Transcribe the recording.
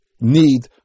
need